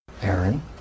Aaron